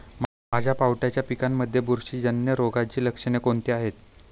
माझ्या पावट्याच्या पिकांमध्ये बुरशीजन्य रोगाची लक्षणे कोणती आहेत?